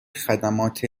خدمات